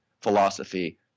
philosophy